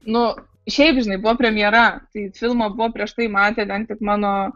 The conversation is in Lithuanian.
nu šiaip žinai buvo premjera tai filmą buvo prieš tai matę ten tik mano